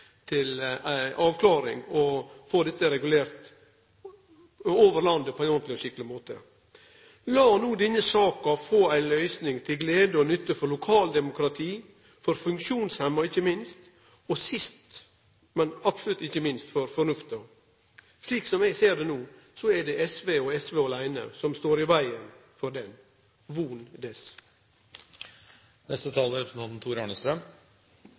til ei avklaring og å få dette regulert på ein ordentleg og skikkeleg måte. Lat no denne saka få ei løysing til glede og nytte for lokaldemokratiet, for funksjonshemma, ikkje minst, og sist, men absolutt ikkje minst, for fornufta si skyld – og slik eg ser det no, er det SV, og SV aleine, som står i vegen for det. Von dess!